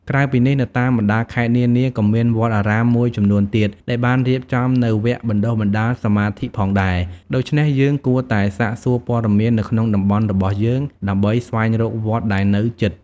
ក្រៅពីនេះ នៅតាមបណ្តាខេត្តនានាក៏មាន វត្តអារាមមួយចំនួនទៀត ដែលបានរៀបចំនូវវគ្គបណ្តុះបណ្តាលសមាធិផងដែរ ដូច្នេះយើងគួរតែសាកសួរព័ត៌មាននៅក្នុងតំបន់របស់យើងដើម្បីស្វែងរកវត្តដែលនៅជិត។